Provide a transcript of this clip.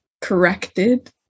corrected